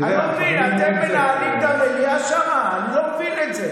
אני לא מבין, אתם מנהלים את המליאה שמה?